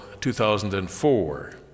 2004